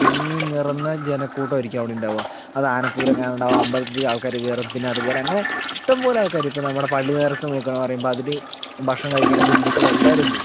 തിങ്ങി നിറഞ്ഞ ജനക്കൂട്ടമായിരിക്കും അവിടെ ഉണ്ടാകുക അത് ആന പൂരം കാണാൻ ഉണ്ടാകും അമ്പലത്തിൽ ആൾക്കാര് കേറും പിന്നെ അതുപോലെ അങ്ങനെ ഇഷ്ടംപോലെ ആൾക്കാര് ഇപ്പോൾ നമ്മുടെ പള്ളിനേർച്ച നോക്കുകയാണെങ്കിൽ പറയുമ്പോൾ അതില് ഭക്ഷണം കഴിക്കാനായിട്ട് ഹിന്ദുക്കള് എല്ലാവരും പോകും